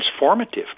transformative